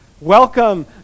welcome